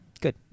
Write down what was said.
Good